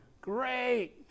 great